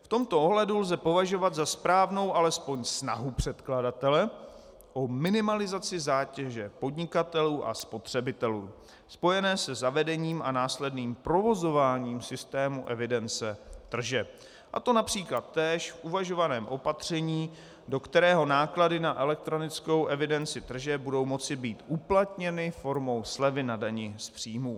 V tomto ohledu lze považovat za správnou alespoň snahu předkladatele o minimalizaci zátěže podnikatelů a spotřebitelů spojené se zavedením a následným provozováním systému evidence tržeb, a to například též v uvažovaném opatření, do kterého náklady na elektronickou evidenci tržeb budou moci být uplatněny formou slevy na dani z příjmů.